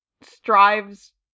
strives